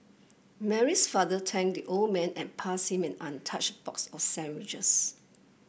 Mary's father thanked the old man and passed him an untouched box of sandwiches